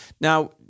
Now